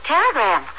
telegram